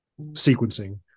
sequencing